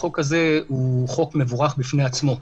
החוק הזה הוא חוק מבורך בפני עצמו.